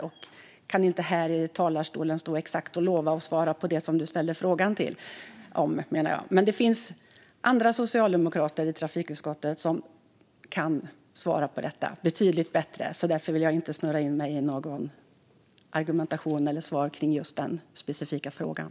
Jag kan inte här i talarstolen svara och stå och lova något om det som du frågade om, men det finns andra socialdemokrater i trafikutskottet som kan svara på detta betydligt bättre. Därför vill jag inte snurra in mig i någon argumentation eller ge svar om just den specifika frågan.